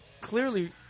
Clearly